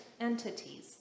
entities